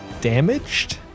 damaged